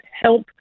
help